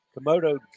Komodo